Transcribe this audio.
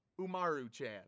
Umaru-chan